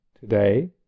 today